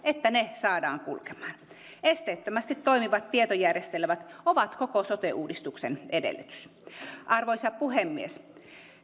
laboratoriokoetulosten pitäisi kulkea saadaan kulkemaan esteettömästi toimivat tietojärjestelmät ovat koko sote uudistuksen edellytys arvoisa puhemies